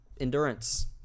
Endurance